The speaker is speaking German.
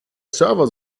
server